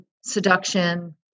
seduction